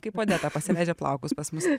kaip odeta pasileidžia plaukus pas mus